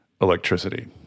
electricity